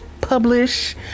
publish